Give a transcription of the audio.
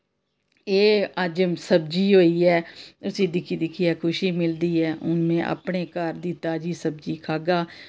एह् अज्ज सब्जी होई ऐ उस्सी दिक्खी दिक्खियै खुशी मिलदी ऐ हून में अपनें घर दी ताजी सब्जी खागा